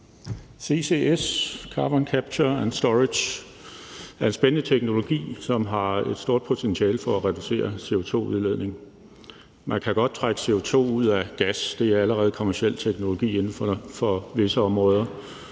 er en spændende teknologi, som har et stort potentiale for at reducere CO2-udledningen. Man kan godt trække CO2 ud af gas; det er allerede en kommerciel teknologi inden for visse områder.